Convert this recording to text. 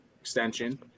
extension